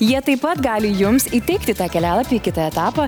jie taip pat gali jums įteikti tą kelialapį į kitą etapą